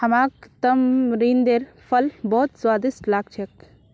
हमाक तमरिंदेर फल बहुत स्वादिष्ट लाग छेक